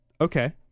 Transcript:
Okay